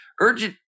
urgent